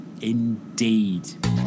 Indeed